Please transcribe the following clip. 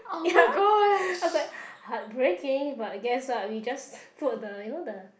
ya I was like heartbreaking but I guess what we just put the you know the